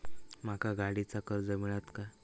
माका गाडीचा कर्ज मिळात काय?